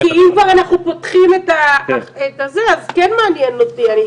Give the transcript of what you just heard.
כי אם כבר אנחנו פותחים את זה אז כן מעניין אותי.